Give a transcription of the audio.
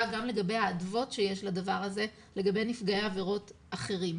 גם לגבי האדוות שיש לדבר הזה לגבי נפגעי עבירות אחרים,